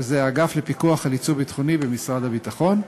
שזה האגף לפיקוח על יצוא ביטחוני במשרד הביטחון.